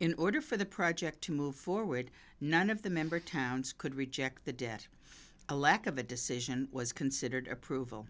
in order for the project to move forward none of the member towns could reject the debt a lack of a decision was considered approval